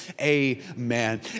amen